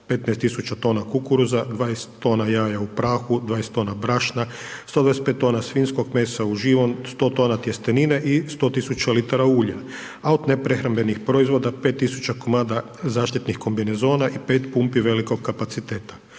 tisuća tona kukuruza, 20 tona jaja u prahu, 20 tona brašna, 125 tona svinjskog mesa u .../nerazumljivo/..., 100 tona tjestenine i 100 tisuća litara ulja, a od neprehrambenih proizvoda 5 tisuća komada zaštitnih kombinezona i 5 pumpi velikog kapaciteta.